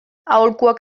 aholkuak